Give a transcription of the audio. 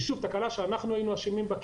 תקלה שאנחנו היינו אשמים בה,